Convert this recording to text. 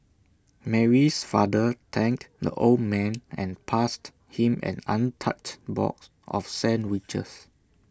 Mary's father thanked the old man and passed him an untouched box of sandwiches